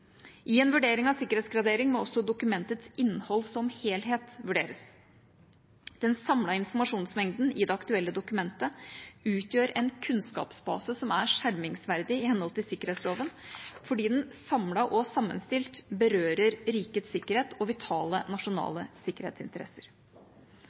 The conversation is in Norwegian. I en vurdering av sikkerhetsgradering må også dokumentets innhold som helhet vurderes. Den samlede informasjonsmengden i det aktuelle dokumentet utgjør en kunnskapsbase som er skjermingsverdig i henhold til sikkerhetsloven, fordi den samlet og sammenstilt berører rikets sikkerhet og vitale